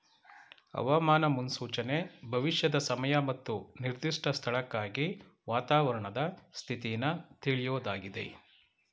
ಹವಾಮಾನ ಮುನ್ಸೂಚನೆ ಭವಿಷ್ಯದ ಸಮಯ ಮತ್ತು ನಿರ್ದಿಷ್ಟ ಸ್ಥಳಕ್ಕಾಗಿ ವಾತಾವರಣದ ಸ್ಥಿತಿನ ತಿಳ್ಯೋದಾಗಿದೆ